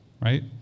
Right